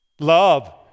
love